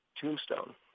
tombstone